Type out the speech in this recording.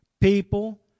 People